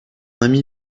ami